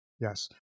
Yes